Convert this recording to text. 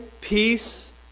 peace